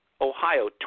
Ohio